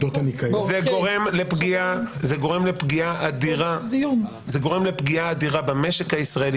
----- זה גורם לפגיעה אדירה במשק הישראלי,